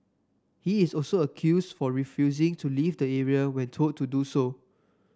he is also accused for refusing to leave the area when told to do so